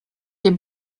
dem